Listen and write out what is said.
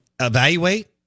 evaluate